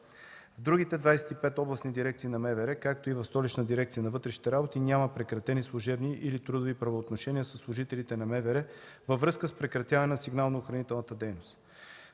В другите 25 областни дирекции на МВР, както и в Столичната дирекция на вътрешните работи няма прекратени служебни или трудови правоотношения със служителите на МВР във връзка с прекратяване на „Сигнално-охранителната дейност”.